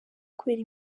kubera